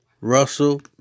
Russell